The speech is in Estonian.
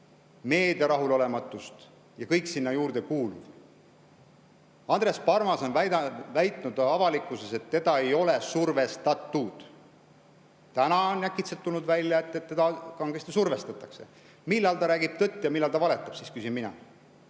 rahulolematust meedias ja kõik sinna juurde kuuluv. Andres Parmas on väitnud avalikkuses, et teda ei ole survestatud. Täna on äkitselt tulnud välja, et teda kangesti survestatakse. Millal ta räägib siis tõtt ja millal ta valetab, küsin mina.